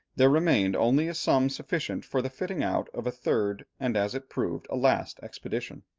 there remained only a sum sufficient for the fitting out of a third, and as it proved, a last expedition.